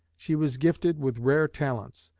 she was gifted with rare talents,